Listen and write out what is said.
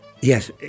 Yes